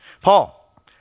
Paul